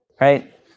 right